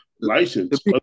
license